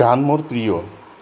গান মোৰ প্ৰিয়